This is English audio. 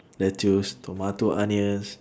lettuce tomato onions